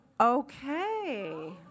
Okay